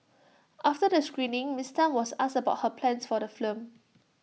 after the screening miss Tan was asked about her plans for the film